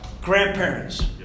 Grandparents